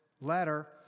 letter